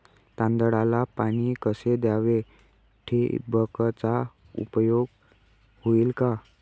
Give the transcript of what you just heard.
तांदळाला पाणी कसे द्यावे? ठिबकचा उपयोग होईल का?